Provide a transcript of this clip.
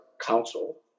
council